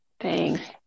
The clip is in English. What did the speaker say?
Thanks